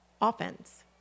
offense